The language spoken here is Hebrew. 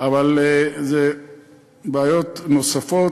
אבל יש בעיות נוספות.